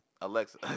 Alexa